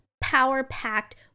power-packed